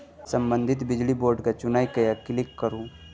संबंधित बिजली बोर्ड केँ चुनि कए क्लिक करु